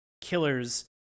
killers